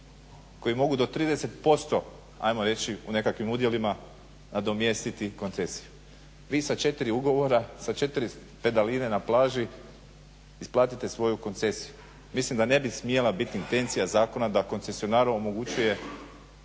koji mogu do 30% ajmo reći u nekakvim udjelima nadomjestiti koncesiju. Vi sa 4 ugovora, sa 4 pedaline na plaži isplatite svoju koncesiju. Mislim da ne bi smjela bit intencija zakona da koncesionar omogućuje